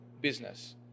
business